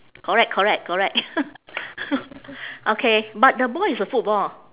correct correct correct okay but the ball is a football